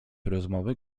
rozmowy